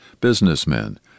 businessmen